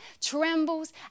trembles